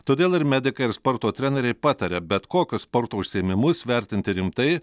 todėl ir medikai ir sporto treneriai pataria bet kokio sporto užsiėmimus vertinti rimtai